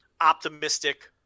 optimistic